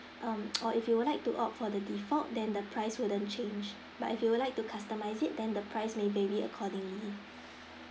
um or if you would like to opt for the default then the price wouldn't change but if you would like to customize it then the price may vary accordingly